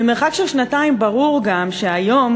ממרחק של שנתיים ברור גם שהיום,